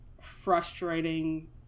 frustrating